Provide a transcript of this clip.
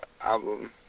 album